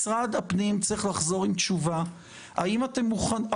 משרד הפנים צריך לחזור עם תשובה האם אתם מוכנים,